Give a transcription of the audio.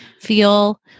feel